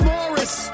Morris